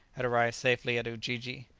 had arrived safely at ujiji.